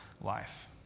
life